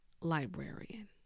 librarian